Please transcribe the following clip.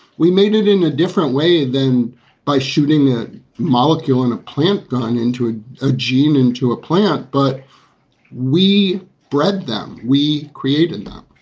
we made it in a different way than by shooting the molecule in a plant, gone into a a gene, into a plant. but we bred them. we created them.